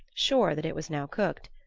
sure that it was now cooked,